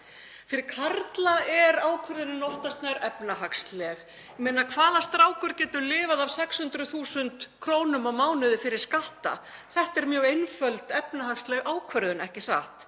Fyrir karla er ákvörðunin oftast nær efnahagsleg. Ég meina, hvaða strákur getur lifað af 600.000 kr. á mánuði fyrir skatta? Þetta er mjög einföld efnahagsleg ákvörðun, ekki satt?